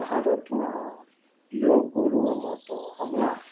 ભારતમાં યોગ ગુરુઓમાં તો હમણાં